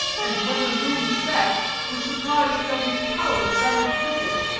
and when the moon set was surprised that his palace vanished with it.